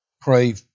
pray